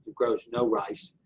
grows no rice.